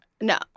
No